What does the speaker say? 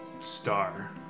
star